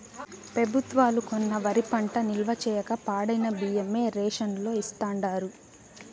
పెబుత్వాలు కొన్న వరి పంట నిల్వ చేయక పాడైన బియ్యమే రేషన్ లో ఇస్తాండారు